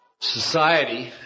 Society